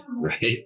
right